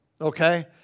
okay